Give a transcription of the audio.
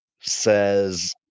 says